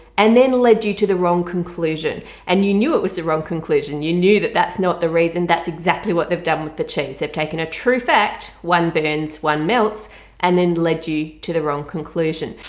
and then led you to the wrong conclusion and you knew it was the wrong conclusion you knew that that's not the reason that's exactly what they've done with the cheese. they've taken a true fact one burns one melts and then led you to the wrong conclusion.